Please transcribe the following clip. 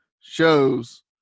shows